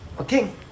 Okay